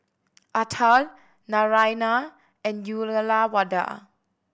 Atal Naraina and Uyyalawada